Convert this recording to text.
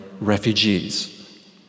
refugees